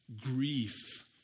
grief